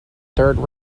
third